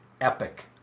epic